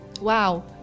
wow